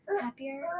happier